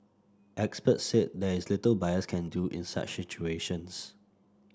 experts said there is little buyers can do in such situations